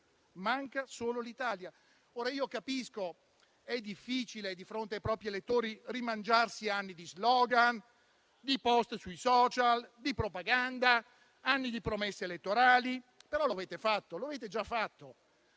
Manca solo l'Italia. Capisco che sia difficile di fronte ai propri elettori rimangiarsi anni di *slogan*, di *post* sui *social*, di propaganda, di promesse elettorali. Però lo avete già fatto: